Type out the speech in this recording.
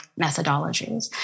methodologies